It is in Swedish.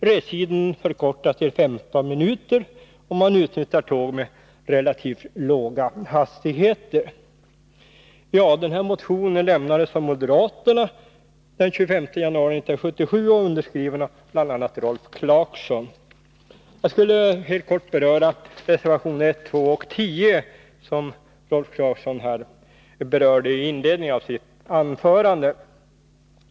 Restiden förkortas till 15 minuter, om man utnyttjar tåg med relativt låga hastigheter.” Denna motion väcktes av moderaterna den 25 januari 1977 och är underskriven av bl.a. Rolf Clarkson. Jag skall helt kort beröra reservationerna 1, 2 och 10 som Rolf Clarkson tog upp i inledningen av sitt anförande.